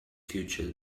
future